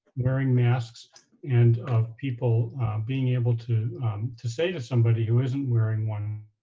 wearing masks and of people being able to to say to somebody who isn't wearing one,